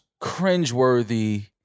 cringeworthy